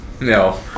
No